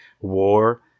war